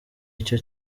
icyo